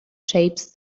shapes